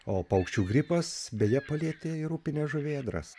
o paukščių gripas beje palietė ir upines žuvėdras